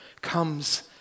comes